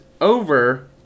over